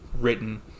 written